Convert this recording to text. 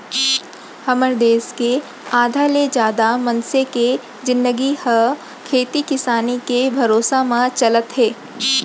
हमर देस के आधा ले जादा मनसे के जिनगी ह खेती किसानी के भरोसा म चलत हे